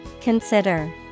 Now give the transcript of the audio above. Consider